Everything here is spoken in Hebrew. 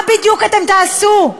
מה בדיוק אתם תעשו?